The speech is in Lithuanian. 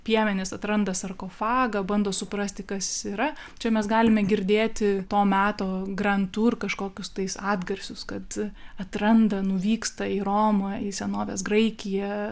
piemenys atranda sarkofagą bando suprasti kas yra čia mes galime girdėti to meto grand tur kažkokius tais atgarsius kad atranda nuvyksta į romą į senovės graikiją